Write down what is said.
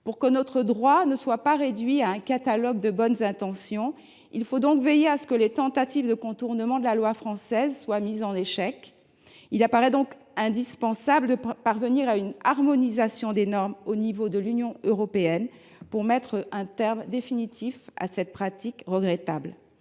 Pour que notre droit ne soit pas réduit à un catalogue de bonnes intentions, il faut veiller à ce que les tentatives de contournement de la loi française soient mises en échec. Il apparaît dès lors indispensable de parvenir à une harmonisation des normes à l’échelle européenne pour mettre un terme à cette pratique regrettable.